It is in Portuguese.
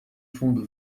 fundo